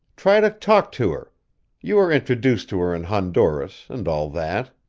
try to talk to her you were introduced to her in honduras, and all that.